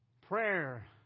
Prayer